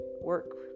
work